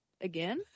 again